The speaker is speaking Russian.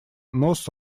нос